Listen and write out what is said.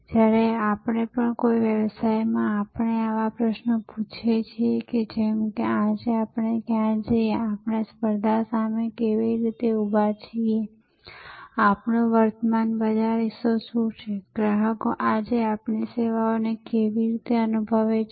હવે જ્યારે પણ કોઈ વ્યવસાયમાં આપણે આવા પ્રશ્નો પૂછીએ છીએ જેમ કે આજે આપણે ક્યાં છીએ આપણે સ્પર્ધા સામે કેવી રીતે ઊભા છીએ આપણો વર્તમાન બજાર હિસ્સો શું છે ગ્રાહકો આજે આપણી સેવાઓને કેવી રીતે અનુભવે છે